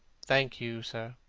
thank you, sir,